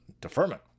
Deferment